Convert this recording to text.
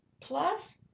Plus